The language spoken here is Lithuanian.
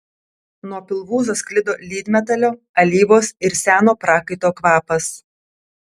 nuo pilvūzo sklido lydmetalio alyvos ir seno prakaito kvapas